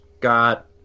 got